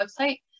website